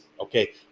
Okay